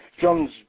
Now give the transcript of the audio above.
John's